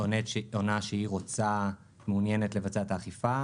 עונה שהיא מעוניינת לבצע את האכיפה,